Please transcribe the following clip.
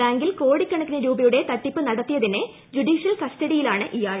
ബാങ്കിൽ കോടിക്കണക്കിന് രൂപയുടെ തട്ടിപ്പ് നടത്തിയതിന് ജുഡീഷ്യൽ കസ്റ്റഡിയിലാണ് ഇയാൾ